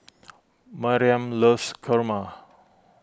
Mariam loves kurma